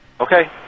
Okay